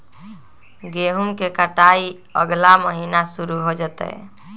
गेहूं के कटाई अगला महीना शुरू हो जयतय